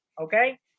Okay